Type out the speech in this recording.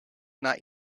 not